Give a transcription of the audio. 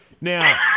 now